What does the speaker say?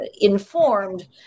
informed